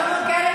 שלמה קרעי,